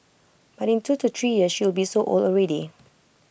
but in two to three years she will be so old already